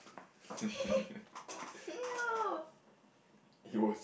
!eww!